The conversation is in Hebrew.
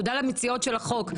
תודה למציעות של החוק,